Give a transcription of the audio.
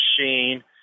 machine